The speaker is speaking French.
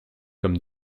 comme